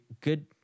good